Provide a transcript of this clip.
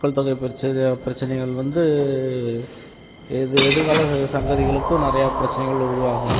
மக்கள் தொகை பிரச்ச பிரச்சனைகள் வந்து எது எதிர்கால சங்ததிகளுக்கும் நிறையா பிரச்சனைகள் உருவாகும்